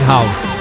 House